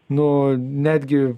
nu netgi